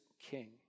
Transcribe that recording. king